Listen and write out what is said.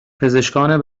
پزشکان